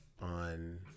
on